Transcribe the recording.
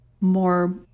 more